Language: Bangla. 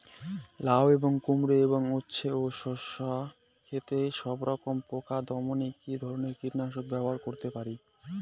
লাউ এবং কুমড়ো এবং উচ্ছে ও শসা ক্ষেতে সবরকম পোকা দমনে কী ধরনের কীটনাশক ব্যবহার করতে পারি?